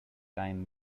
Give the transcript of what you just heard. time